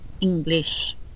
English